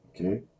Okay